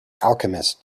alchemist